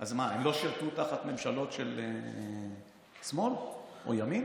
אז מה, הם לא שירתו תחת ממשלות של שמאל או ימין?